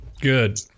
good